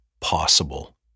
possible